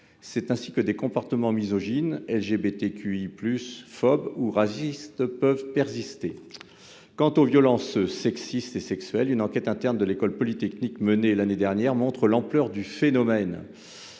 C'est ainsi que des comportements misogynes, LGBTQI+phobes ou racistes tendent à persister. Quant aux violences sexistes et sexuelles, une enquête interne de l'École polytechnique menée l'année dernière montre l'ampleur du phénomène